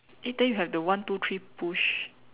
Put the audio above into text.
eh then you have the one two three push